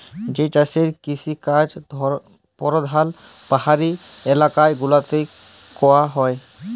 যে চাষের কিসিকাজ পরধাল পাহাড়ি ইলাকা গুলাতে ক্যরা হ্যয়